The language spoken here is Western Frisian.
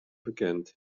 bekend